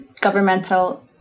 governmental